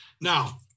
now